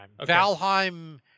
Valheim